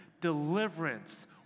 Deliverance